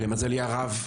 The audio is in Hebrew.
למזלי הרב,